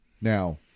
Now